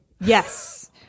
yes